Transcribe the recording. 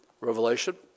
Revelation